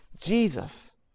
Jesus